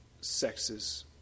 sexes